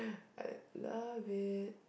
I love it